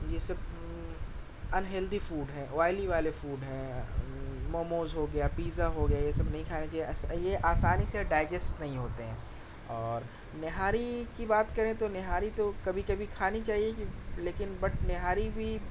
یہ سب unhealthy food ہیں وائلی والے فوڈ ہیں موموز ہو گیا پیزا ہو گیا یہ سب نہیں کھائیں گے یہ آسانی سے ڈائجسٹ نہیں ہوتے ہیں اور نہاری کی بات کریں تو نہاری تو کبھی کبھی کھانی چاہیے لیکن بٹ نہاری بھی